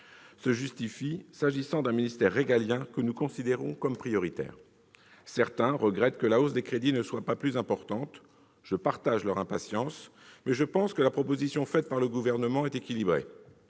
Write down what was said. se justifie, s'agissant d'un ministère régalien que nous considérons comme prioritaire. Certains regrettent que la hausse des crédits ne soit pas plus importante. Je partage leur impatience, mais je pense que la proposition du Gouvernement est équilibrée.